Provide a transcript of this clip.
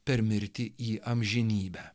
per mirtį į amžinybę